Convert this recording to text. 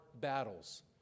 battles